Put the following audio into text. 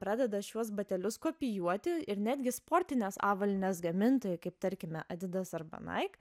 pradeda šiuos batelius kopijuoti ir netgi sportinės avalynės gamintojai kaip tarkime adidas arba nike